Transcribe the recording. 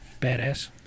Badass